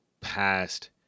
past